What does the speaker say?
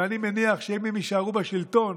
אני מניח שאם הם יישארו בשלטון,